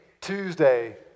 Tuesday